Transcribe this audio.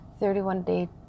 31-day